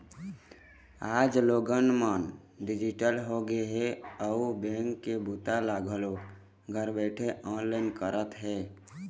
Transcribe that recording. आज लोगन मन डिजिटल होगे हे अउ बेंक के बूता ल घलोक घर बइठे ऑनलाईन करत हे